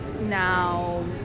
Now